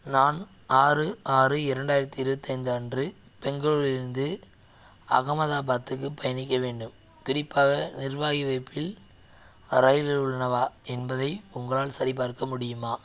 நான் ஆறு ஆறு இரண்டாயிரத்தி இருபத்தைந்து அன்று பெங்களூரிலிருந்து அகமதாபாத்துக்கு பயணிக்க வேண்டும் குறிப்பாக நிர்வாகி வகுப்பில் ரயில்கள் உள்ளனவா என்பதை உங்களால் சரிபார்க்க முடியுமா